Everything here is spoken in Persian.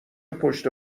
پشت